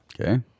Okay